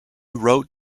wrote